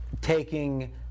taking